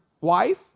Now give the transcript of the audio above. wife